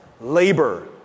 Labor